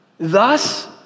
Thus